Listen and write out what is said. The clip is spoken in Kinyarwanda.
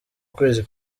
kwezi